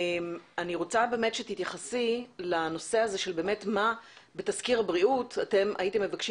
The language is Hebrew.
אני רוצה שתתייחסי לנושא הזה של מה בתסקיר הבריאות הייתם מבקשים